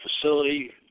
facility